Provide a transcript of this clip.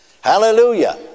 Hallelujah